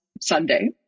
Sunday